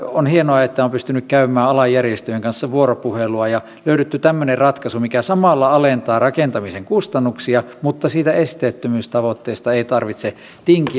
on hienoa että tästä olen pystynyt käymään alan järjestöjen kanssa vuoropuhelua ja on löydetty tämmöinen ratkaisu mikä samalla alentaa rakentamisen kustannuksia mutta missä siitä esteettömyystavoitteesta ei tarvitse tinkiä